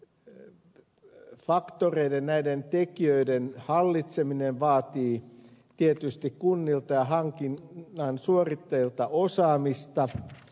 näiden faktoreiden näiden tekijöiden hallitseminen vaatii tietysti kunnilta ja hankinnan suorittajilta osaamista